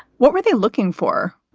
what were they looking for?